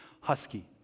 husky